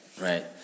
right